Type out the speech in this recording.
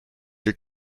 your